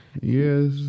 yes